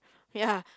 ya